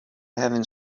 having